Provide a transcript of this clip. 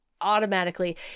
automatically